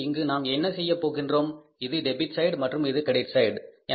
எனவே இங்கு நாம் என்ன செய்யப் போகின்றோம் இது டெபிட் சய்டு மற்றும் இது கிரடிட் சய்டு